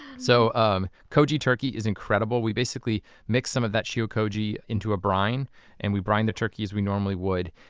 so um koji turkey is incredible. we mix some of that shio koji into a brine and we brine the turkey as we normally would,